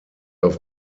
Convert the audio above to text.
auf